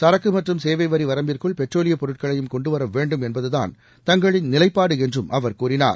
சரக்கு மற்றும் சேவை வரி வரம்பிற்குள் பெட்ரோலியப் பொருட்களையும் கொண்டு வர வேண்டும் என்பதுதான் தங்களின் நிலைப்பாடு என்றும் அவர் கூறினார்